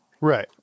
Right